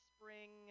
Spring